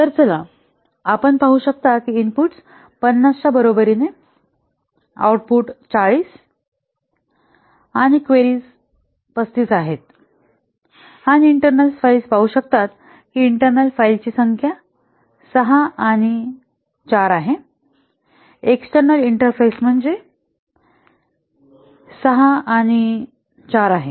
तर चला आपण पाहू शकता की इनपुटस 50 च्या बरोबरीने आउट पुट 40 आणि क्वेरीज 35 आहेत आणि इंटर्नल फाईल्स पाहू शकतात की इंटर्नल फाईल्सची संख्या 6 आणि 4 आहे एक्सटेर्नल इंटरफेस म्हणजे 6 आणि 4 आहे